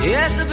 Yes